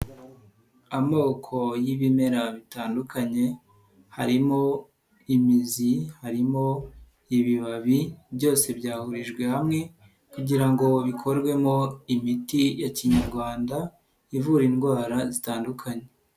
Amoko y'ibimera bitandukanye, harimo imizi, harimo ibibabi byose byahurijwe hamwe kugira bikorwemo imiti ya Kinyarwanda ivura indwara zitandukanye.